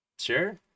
sure